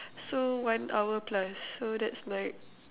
so one hour plus so that's like